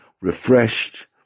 refreshed